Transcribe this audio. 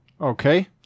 Okay